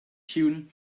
tune